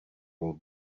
will